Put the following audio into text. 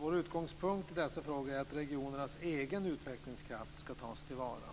Vår utgångspunkt i dessa frågor är att regionernas egen utvecklingskraft ska tas till vara.